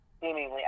seemingly